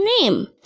name